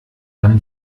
dann